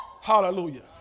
Hallelujah